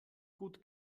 gut